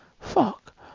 fuck